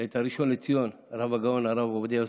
את הראשון לציון הרב הגאון הרב עובדיה יוסף,